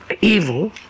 evil